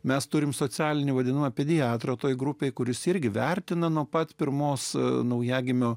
mes turime socialinių vadinu apie teatrą toje grupėje kuris irgi vertina nuo pat pirmos naujagimio